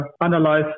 analyze